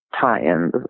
tie-in